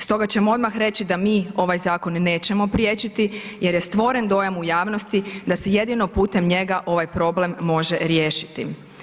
Stoga ćemo odmah reći da mi ovaj zakon nećemo priječiti jer je stvoren dojam u javnosti da se jedino putem njega ovaj problem može riješiti.